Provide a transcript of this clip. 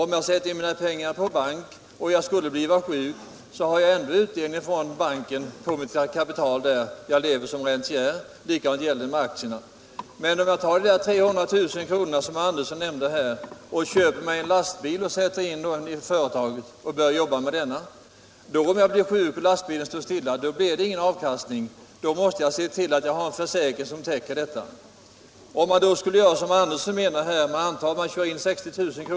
Om jag sätter in kapitalet på bank och skulle bli sjuk har jag ändå utdelning från banken — jag lever som rentier. Detsamma gäller för aktierna. Men om jag tar de 300 000 kr. som herr Andersson nämnde, köper mig en lastbil och börjar jobba med den och sedan blir sjuk och lastbilen står stilla — då blir det ingen avkastning, och då måste jag se till att jag har en försäkring som täcker inkomstbortfallet. Om vi antar att jag kör in 60 000 kr.